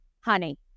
Honey